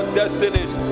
destinies